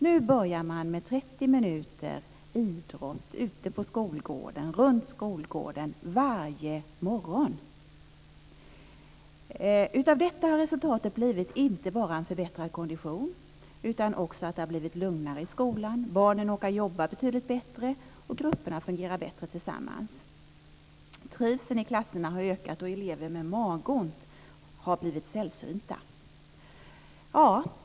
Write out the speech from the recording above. Nu börjar man med 30 minuter idrott ute på skolgården, runt skolgården, varje morgon. Av detta har resultatet blivit inte bara en förbättrad kondition. Det har också blivit lugnare i skolan. Barnen orkar jobba betydligt bättre. Grupperna fungerar också bättre tillsammans. Trivseln i klasserna har ökat, och elever med magont har blivit sällsynta.